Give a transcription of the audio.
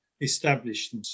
established